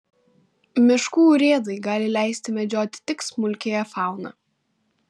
miškų urėdai gali leisti medžioti tik smulkiąją fauną